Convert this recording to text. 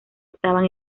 estaban